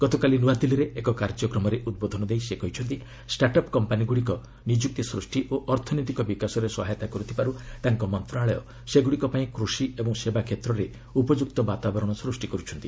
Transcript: ଗତକାଲି ନ୍ତଆଦିଲ୍ଲୀରେ ଏକ କାର୍ଯ୍ୟକମରେ ଉଦ୍ବୋଧନ ଦେଇ ସେ କହିଛନ୍ତି ଷ୍ଟାର୍ଟ ଅପ୍ କମ୍ପାନୀଗୁଡ଼ିକ ନିଯୁକ୍ତି ସୃଷ୍ଟି ଓ ଅର୍ଥନୈତିକ ବିକାଶରେ ସହାୟତା କରୁଥିବାରୁ ତାଙ୍କ ମନ୍ତ୍ରଣାଳୟ ସେଗୁଡ଼ିକପାଇଁ କୃଷି ଏବଂ ସେବାକ୍ଷେତ୍ରରେ ଉପଯୁକ୍ତ ବାତାବରଣ ସୃଷ୍ଟି କରୁଛନ୍ତି